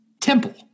Temple